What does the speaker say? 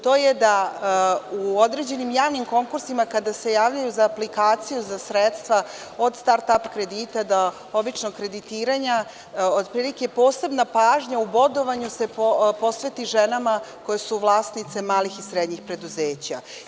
To je da u određenim javnim konkursima kada se javljaju za aplikaciju za sredstva od „Start ap“ kredita do običnog kreditiranja, otprilike posebna pažnja u bodovanju se posveti ženama koje su vlasnice malih i srednjih preduzeća.